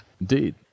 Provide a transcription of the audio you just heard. Indeed